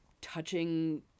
touching